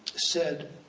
said,